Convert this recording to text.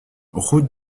route